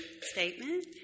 statement